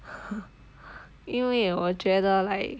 因为我觉得 like